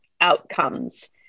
outcomes